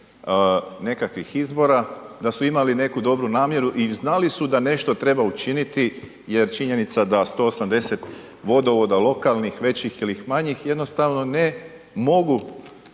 nekakvih izbora da su imali neku dobru namjeru i znali su da nešto treba učiniti jer činjenica da 180 vodovoda lokalnih većih ili manjih jednostavno ne mogu